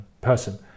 person